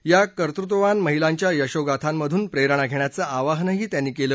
या कर्तृत्ववान महिलांच्या यशोगाथांमधून प्रेरणा घेण्याचं आवाहनही त्यांनी केलं